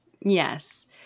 Yes